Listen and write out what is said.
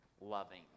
loving